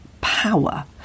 power